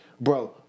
bro